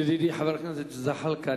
ידידי חבר הכנסת זחאלקה,